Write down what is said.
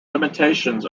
limitations